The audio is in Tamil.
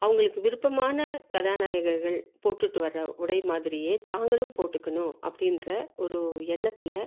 அவங்களுக்கு விருப்பமான கதாநாயகர்கள் போட்டுட்டு வர்ற உடை மாதிரியே தாங்களும் போட்டுக்கணும் அப்படின்ற ஒரு எண்ணத்தில்